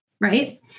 Right